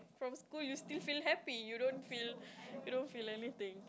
from school you still feel happy you don't feel you don't feel anything